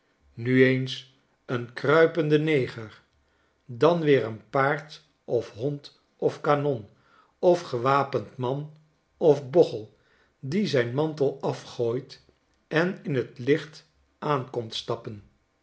nu eens een kruipenden neger dan weer een paard of hond of kanon of gewapend man of bochel die zijn mantel afgooit en in t licht aankomt stappen